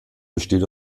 besteht